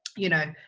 you know,